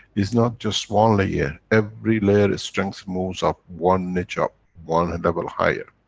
it's not just one layer, every layer strength moves up, one nitch up, one level higher.